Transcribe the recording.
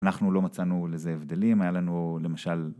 אנחנו לא מצאנו לזה הבדלים היה לנו למשל